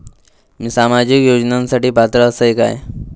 मी सामाजिक योजनांसाठी पात्र असय काय?